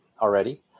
already